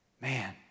Man